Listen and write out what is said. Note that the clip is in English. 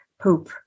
poop